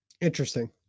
Interesting